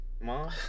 Mom